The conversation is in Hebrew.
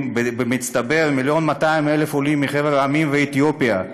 במצטבר 1.2 מיליון עולים מחבר המדינות ומאתיופיה,